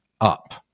up